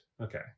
okay